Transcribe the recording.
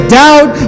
doubt